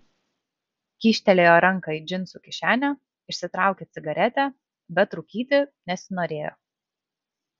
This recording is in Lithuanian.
kyštelėjo ranką į džinsų kišenę išsitraukė cigaretę bet rūkyti nesinorėjo